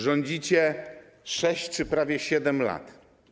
Rządzicie 6 czy prawie 7 lat.